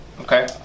Okay